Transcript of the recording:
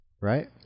right